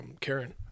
Karen